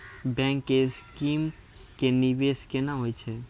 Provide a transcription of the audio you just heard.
Bank के scheme मे निवेश केना होय छै?